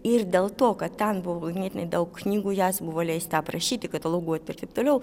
ir dėl to kad ten buvo ganėtinai daug knygų jas buvo leista aprašyti kataloguoti ir taip toliau